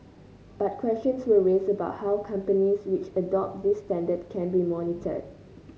but questions were raised about how companies which adopt this standard can be monitored